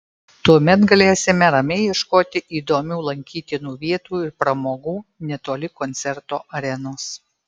tuomet galėsime ramiai ieškoti įdomių lankytinų vietų ir pramogų netoli koncerto arenos